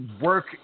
work